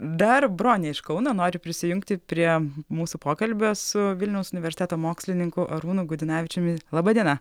dar bronė iš kauno nori prisijungti prie mūsų pokalbio su vilniaus universiteto mokslininku arūnu gudinavičiumi laba diena